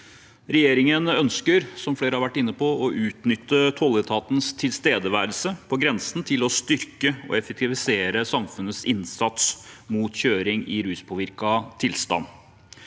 Regjeringen ønsker, som flere har vært inne på, å utnytte tolletatens tilstedeværelse på grensen til å styrke og effektivisere samfunnets innsats mot kjøring i ruspåvirket tilstand.